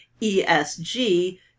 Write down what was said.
ESG